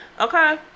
Okay